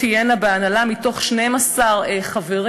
מתוך 12 חברים.